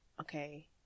okay